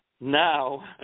Now